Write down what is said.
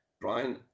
Brian